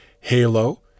Halo